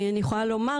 אני יכולה לומר